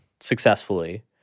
successfully